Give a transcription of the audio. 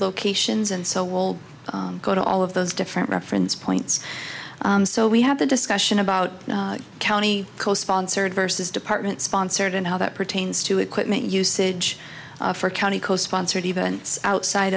locations and so will go to all of those different reference points so we have the discussion about county co sponsored versus department sponsored and how that pertains to equipment usage for county co sponsored events outside